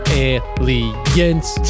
aliens